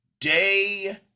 Day